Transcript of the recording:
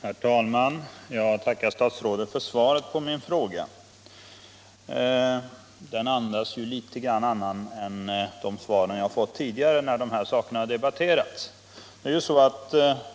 Herr talman! Jag tackar statsrådet för svaret på min fråga. Det präglas av en annan anda, tycker jag, än de svar jag har fått tidigare när de här sakerna har debatterats.